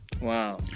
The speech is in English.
Wow